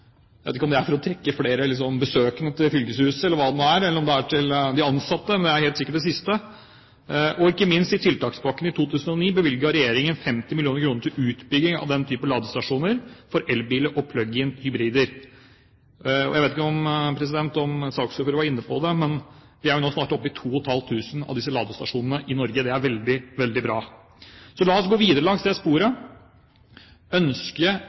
ikke om det er for å trekke flere besøkende til fylkeshuset eller om det er til de ansatte, eller hva. Det er helt sikkert det siste. Ikke minst i tiltakspakken for 2009 bevilget regjeringen 50 mill. kr til utbygging av den type ladestasjoner for elbiler og plug-in-hybrider. Jeg vet ikke om saksordføreren var inne på det, men vi er nå snart oppe i 2 500 slike ladestasjoner i Norge. Det er veldig, veldig bra. La oss gå videre langs det sporet